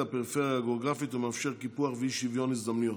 הפריפריה הגיאוגרפית ומאפשר קיפוח ואי-שוויון הזדמנויות,